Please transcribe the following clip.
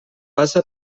passa